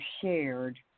shared